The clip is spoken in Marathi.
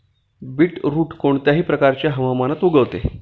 बीटरुट कोणत्याही प्रकारच्या हवामानात उगवते